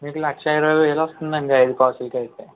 మీకు లక్షా ఇరవైవేలు వస్తుంది అండి ఐదు కాసులకి అయితే